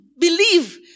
believe